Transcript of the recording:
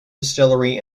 distillery